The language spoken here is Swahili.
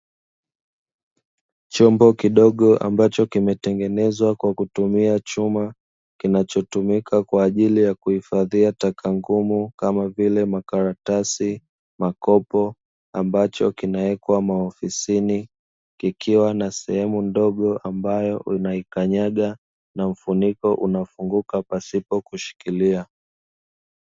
Chombo kidogo ambacho kimetengenezwa kwa kutumia chuma, kinachotumika kwa ajili ya kuhifadhia taka ngumu kama vile makaratasi, makopo ambacho kinawekwa maofisini, kikiwa na sehemu ndogo ambayo unaikanyaga na mfuniko unafunguka pasipo kushikilia.